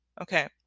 Okay